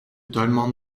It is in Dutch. tuinman